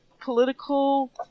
political